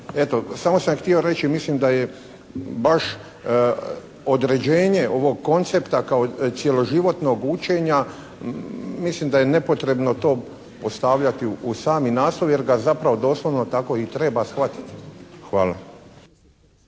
Eto, samo sam htio reći, mislim da je baš određenje ovog koncepta kao cjeloživotnog učenja, mislim da je nepotrebno to postavljati u sami naslov, jer ga zapravo doslovno i treba shvatiti. Hvala.